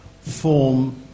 form